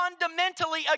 fundamentally